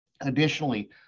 Additionally